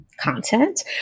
content